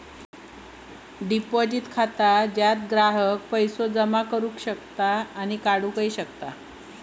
deposit खाता ज्यात ग्राहक पैसो जमा करू शकतत आणि काढू शकतत